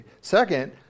Second